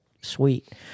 sweet